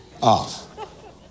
off